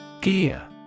Gear